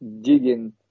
digging